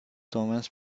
thomas